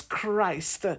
Christ